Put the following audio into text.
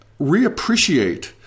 reappreciate